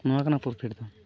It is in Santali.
ᱱᱚᱣᱟ ᱠᱟᱱᱟ ᱯᱨᱚᱯᱷᱤᱴ ᱫᱚ